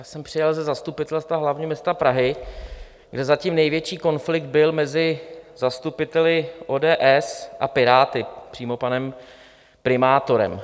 Já jsem přijel ze zastupitelstva hlavního města Prahy, kde zatím největší konflikt byl mezi zastupiteli ODS a Piráty, přímo panem primátorem.